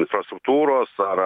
infrastruktūros ar